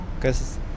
Cause